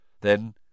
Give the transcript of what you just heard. Then